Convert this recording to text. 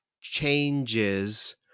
changes